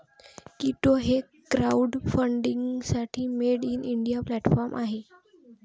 कीटो हे क्राउडफंडिंगसाठी made in India platform आहे